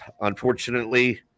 unfortunately